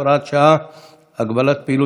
שקראה לעובדיה להפגין את המחויבות